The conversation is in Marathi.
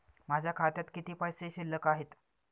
माझ्या खात्यात किती पैसे शिल्लक आहेत?